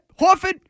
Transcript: Horford